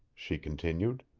she continued.